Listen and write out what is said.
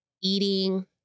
eating